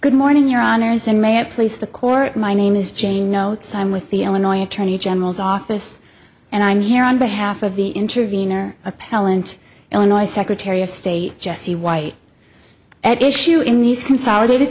good morning your honor is in may it please the court my name is jane notes i'm with the illinois attorney general's office and i'm here on behalf of the intervenor appellant illinois secretary of state jesse white at issue in these consolidated